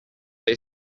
they